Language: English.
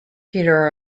peter